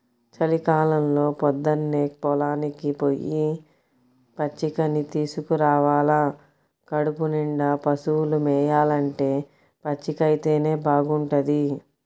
చలికాలంలో పొద్దన్నే పొలానికి పొయ్యి పచ్చికని తీసుకురావాల కడుపునిండా పశువులు మేయాలంటే పచ్చికైతేనే బాగుంటది